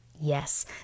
yes